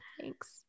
thanks